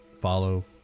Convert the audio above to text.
follow